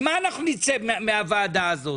עם מה אנחנו נצא מהוועדה הזאת?